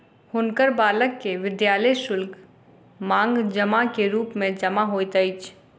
हुनकर बालक के विद्यालय शुल्क, मांग जमा के रूप मे जमा होइत अछि